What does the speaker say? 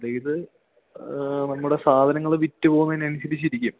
അതായിത് നമ്മുടെ സാധനങ്ങൾ വിറ്റ് പോവുന്നതിനനുസരിച്ചിരിക്കും